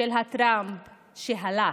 של הטראמפ שהלך,